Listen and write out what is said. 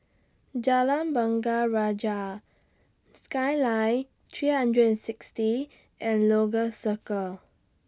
Jalan Bunga Raya Skyline three hundred and sixty and Lagos Circle